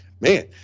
Man